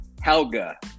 Helga